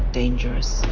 dangerous